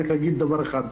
אגיד רק דבר אחד: